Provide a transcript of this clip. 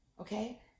okay